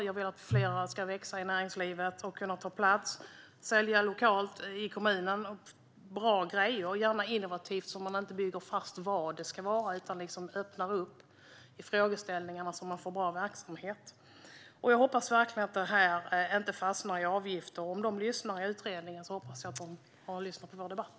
Jag vill att fler ska växa i näringslivet och kunna ta plats och sälja lokalt i kommunen - bra grejer och gärna innovativt så att man inte bygger fast vad det ska vara utan öppnar upp i frågeställningarna så att man får bra verksamhet. Jag hoppas verkligen att det inte fastnar i avgifter. Jag hoppas också att de i utredningen lyssnar på vår debatt.